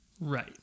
Right